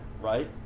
right